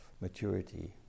maturity